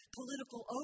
political